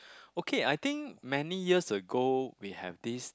okay I think many years ago we have this